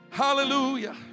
hallelujah